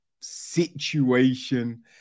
situation